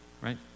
right